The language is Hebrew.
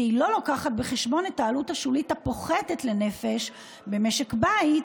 והיא לא מביאה בחשבון את העלות השולית הפוחתת לנפש במשק בית,